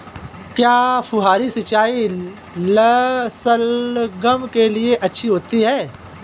क्या फुहारी सिंचाई शलगम के लिए अच्छी होती है?